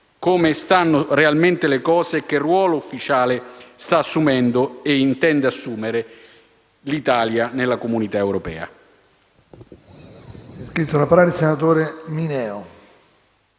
come stanno realmente le cose e che ruolo ufficiale sta assumendo e intende assumere l'Italia nella comunità europea.